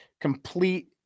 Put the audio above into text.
Complete